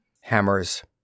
Hammers